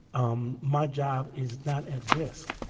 um my job is not at risk.